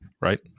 right